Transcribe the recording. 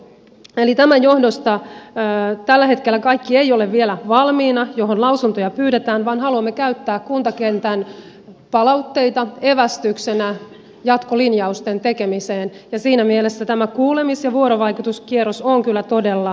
eli tämän johdosta tällä hetkellä kaikki mihin lausuntoja pyydetään ei ole vielä valmiina vaan haluamme käyttää kuntakentän palautteita evästyksenä jatkolinjausten tekemiseen ja siinä mielessä tämä kuulemis ja vuorovaikutuskierros on kyllä todella aito